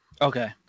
Okay